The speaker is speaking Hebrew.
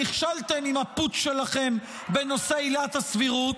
נכשלתם עם הפוטש שלכם בנושא עילת הסבירות,